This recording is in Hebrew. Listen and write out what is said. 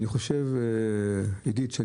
עידית,